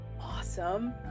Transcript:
awesome